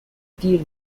دیر